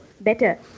better